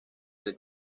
del